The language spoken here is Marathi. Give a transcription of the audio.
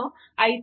i3 0